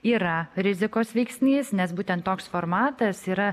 yra rizikos veiksnys nes būtent toks formatas yra